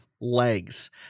legs